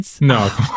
No